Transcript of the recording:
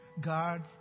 God